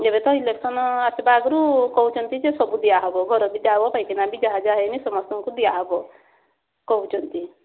ଏବେ ତ ଇଲେକ୍ସନ ଆସିବା ଆଗରୁ କହୁଛନ୍ତି ଯେ ସବୁ ଦିଆ ହେବ ଘର ବି ଦିଆ ହେବ ପାଇଖାନା ବି ଯାହା ହୋଇନି ସମସ୍ତଙ୍କୁ ଦିଆ ହେବ କହୁଛନ୍ତି